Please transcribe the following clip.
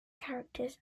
characters